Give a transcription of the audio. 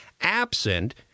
Absent